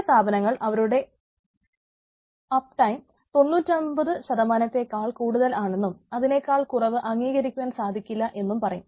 ചില സ്ഥാപനങ്ങൾ അവരുടെ അപ് ടൈം 99 നേക്കാൾ കൂടുതൽ ആണെന്നും അതിനേക്കാൾ കുറവ് അംഗീകരിക്കുവാൻ സാധിക്കുകയില്ല എന്നും പറയും